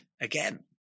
again